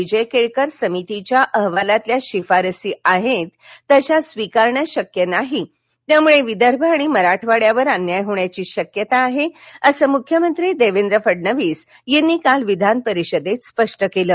विजय केळकर समितीच्या अहवालातील शिफारसी आहेत तशा स्वीकारणं शक्य नाही यामुळे विदर्भ आणि मराठवाड्यावर अन्याय होण्याची शक्यता आहे असं मुख्यमंत्री देवेंद्र फडणवीस यांनी काल विधानपरिषदेत स्पष्ट केलं